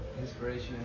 inspiration